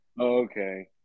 Okay